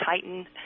Titan